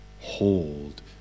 hold